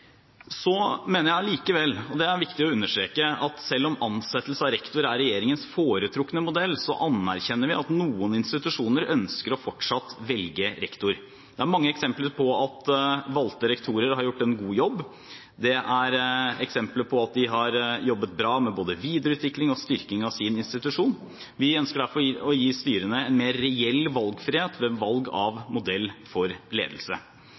mener allikevel, og det er det viktig å understreke, at selv om ansettelse av rektor er regjeringens foretrukne modell, anerkjenner vi at noen institusjoner fortsatt ønsker å velge rektor. Det er mange eksempler på at valgte rektorer har gjort en god jobb. Det er eksempler på at de har jobbet bra med både videreutvikling og styrking av sin institusjon. Vi ønsker derfor å gi styrene en mer reell valgfrihet ved valg av modell for ledelse.